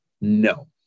no